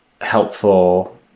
helpful